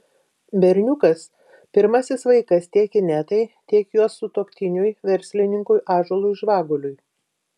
berniukas pirmasis vaikas tiek inetai tiek jos sutuoktiniui verslininkui ąžuolui žvaguliui